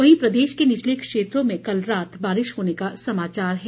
वहीं प्रदेश के निचले क्षेत्रों में कल रात बारिश होने का समाचार है